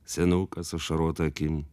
senukas ašarota akim